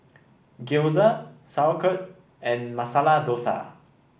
Gyoza Sauerkraut and Masala Dosa